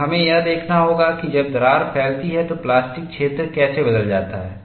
अब हमें यह देखना होगा कि जब दरार फैलती है तो प्लास्टिक क्षेत्र कैसे बदल जाता है